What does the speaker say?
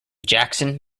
jackson